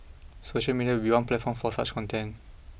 social media would be one platform for such content